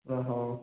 ହଁ ହଉ